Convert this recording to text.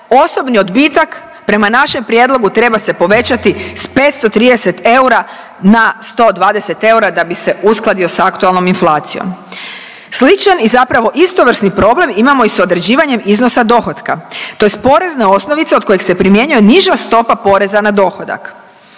osobni odbitak prema našem prijedlogu treba se povećati sa 530 eura, na 120 eura da bi se uskladio sa aktualnom inflacijom. Sličan i zapravo istovrsni problem imamo i sa određivanjem iznosa dohotka, tj. porezne osnovice od kojeg se primjenjuje niža stopa poreza na dohodak.